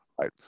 Right